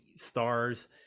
stars